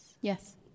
Yes